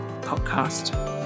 Podcast